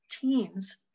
teens